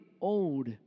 old